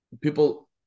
People